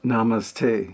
Namaste